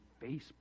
Facebook